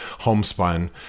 homespun